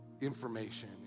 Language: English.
information